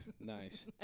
Nice